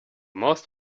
most